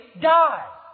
die